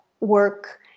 work